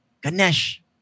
Ganesh